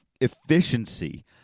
efficiency